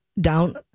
down